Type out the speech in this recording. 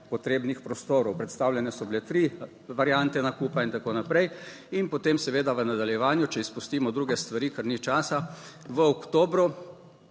potrebnih prostorov. Predstavljene so bile tri variante nakupa in tako naprej in potem seveda v nadaljevanju, če izpustimo druge stvari, ker ni časa, v oktobru